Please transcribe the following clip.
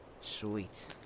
Sweet